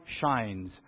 shines